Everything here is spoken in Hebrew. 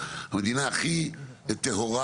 המדינה הכי טהורה